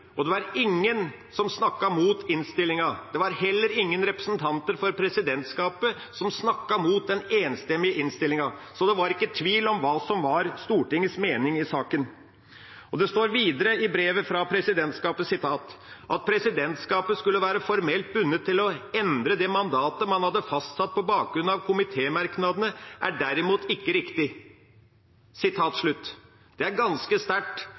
og det var ingen som snakket mot innstillinga. Det var heller ingen representanter for presidentskapet som snakket mot den enstemmige innstillinga, så det var ingen tvil om hva som var Stortingets mening i saken. Det står videre i brevet fra presidentskapet: «At presidentskapet skulle være formelt bundet til å endre det mandatet man hadde fastsatt på bakgrunn av komitémerknaden, er derimot ikke riktig.» Det er ganske sterkt